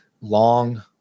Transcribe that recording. long